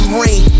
rain